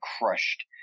crushed